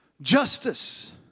Justice